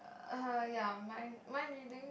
uh ya mind mind reading